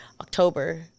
October